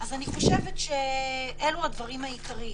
אני חושבת שאלו הדברים העיקריים.